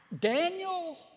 Daniel